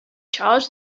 charge